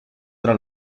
tra